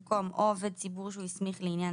במקום "או עובד ציבור שהוא הסמיך לעניין